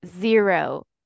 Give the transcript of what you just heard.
zero